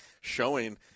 showing